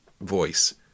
voice